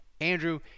Andrew